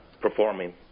performing